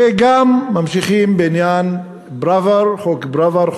וגם ממשיכים בעניין חוק פראוור,